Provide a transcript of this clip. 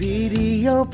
Video